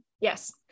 yes